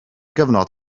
gyfnod